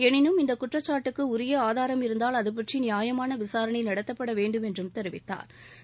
எளினும் இந்தக் குற்றச்சாட்டுக்கு உரிய ஆதாரம் இருந்தால் அதுபற்றி நியாயமான விசாரணை நடத்தப்பட வேண்டும் என்றும் தெரிவித்தாா்